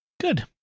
good